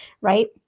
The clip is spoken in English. right